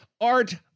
Art